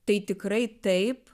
tai tikrai taip